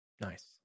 Nice